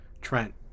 Trent